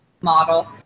model